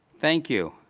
thank you,